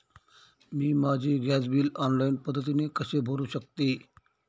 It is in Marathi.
मी माझे गॅस बिल ऑनलाईन पद्धतीने कसे भरु शकते?